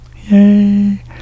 Yay